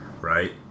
right